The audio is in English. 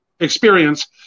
experience